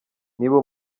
niba